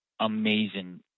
amazing